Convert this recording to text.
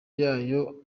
yayo